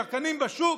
ירקנים בשוק,